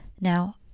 Now